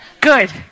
Good